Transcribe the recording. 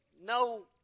no